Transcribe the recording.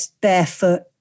barefoot